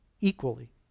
equally